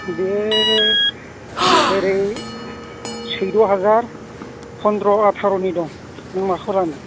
बेयो ओरै सैध' हाजार फन्द्र' आटार'नि दं नों माखौ लानो